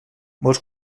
vols